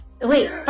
wait